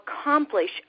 accomplish